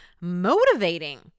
motivating